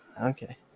Okay